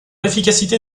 efficacité